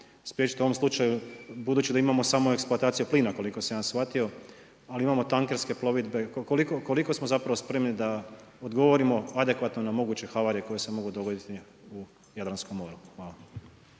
spriječiti u ovom slučaju budući da imamo samo eksploataciju plina koliko sam ja shvatio, ali imamo tankerske plovidbe koliko smo zapravo spremni da odgovorimo adekvatno na moguće havarije koje se mogu dogoditi u Jadranskom moru? Hvala.